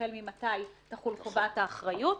החל ממתי תחול חובת האחריות,